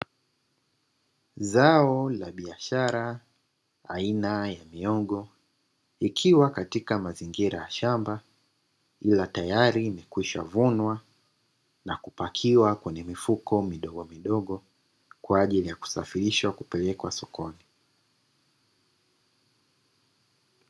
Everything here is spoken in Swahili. Zao la biashara aina ya mihogo ikiwa katika mazingira ya shamba ila tayari imekwisha vunwa na kupakiwa kwenye vifuko midogomidogo kwa ajili ya kusafirishwa kupelekwa sokoni.